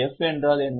F என்றால் என்ன